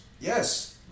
Yes